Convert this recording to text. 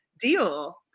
deal